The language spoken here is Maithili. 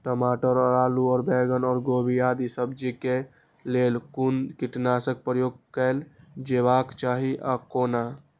टमाटर और आलू और बैंगन और गोभी आदि सब्जी केय लेल कुन कीटनाशक प्रयोग कैल जेबाक चाहि आ कोना?